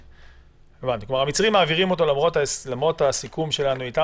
כלומר המצרים מעבירים אותו למרות הסיכום שלנו איתם,